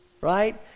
right